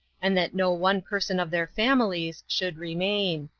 and that no one person of their families should remain.